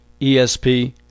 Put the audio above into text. ESP